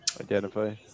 identify